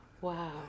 wow